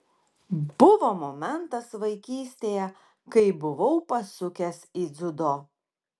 buvo momentas vaikystėje kai buvau pasukęs į dziudo